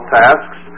tasks